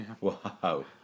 Wow